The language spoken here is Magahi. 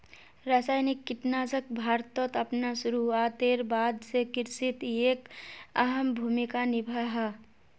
रासायनिक कीटनाशक भारतोत अपना शुरुआतेर बाद से कृषित एक अहम भूमिका निभा हा